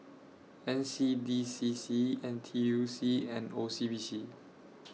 N C D C C N T U C and O C B C